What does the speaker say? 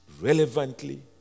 relevantly